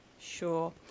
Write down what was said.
Sure